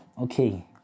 Okay